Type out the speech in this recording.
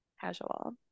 Casual